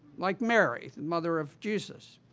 like mary, and mother of jesus.